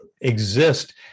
exist